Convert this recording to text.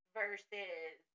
versus